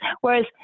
Whereas